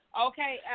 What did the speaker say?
okay